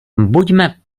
buďme